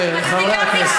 איך את מעזה?